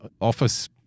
office